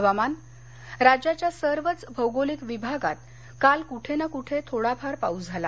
हवामान राज्याच्या सर्वच भौगोलिक विभागात काल कुठे ना कुठे थोडाफार पाऊस झाला